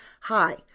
Hi